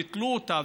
ביטלו אותה.